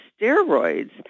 steroids